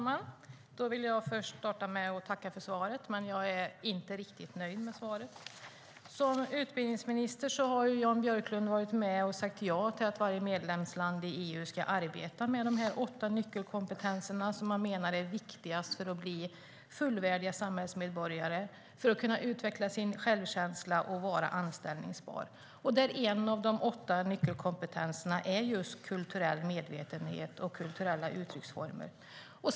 Fru talman! Jag vill börja med att tacka för svaret, men jag är inte riktigt nöjd med det. Som utbildningsminister har Jan Björklund varit med och sagt ja till att varje medlemsland i EU ska arbeta med de åtta nyckelkompetenser som man menar är viktigast för att man ska bli fullvärdiga samhällsmedborgare, utveckla sin självkänsla och vara anställbar. En av de åtta nyckelkompetenserna är just kulturell medvetenhet och kulturella uttrycksformer.